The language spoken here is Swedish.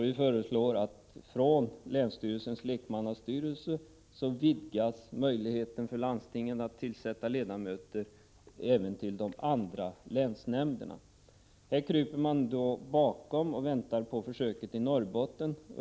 Vi föreslår att möjligheten vidgas så att landstingen utöver länsstyrelsens lekmannastyrelse även tillsätter ledamöter även i de andra länsnämnderna. Här kryper man bakom försöket i Norrbotten och väntar.